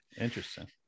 Interesting